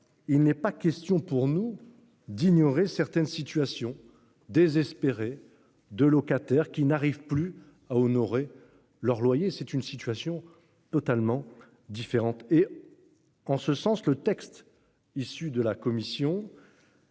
il n'est pas question pour nous d'ignorer certaines situations désespérées de locataires qui n'arrivent plus à honorer leurs loyers. C'est une situation totalement différente et. En ce sens, le texte issu de la commission.